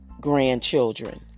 grandchildren